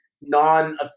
non